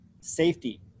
safety